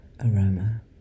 aroma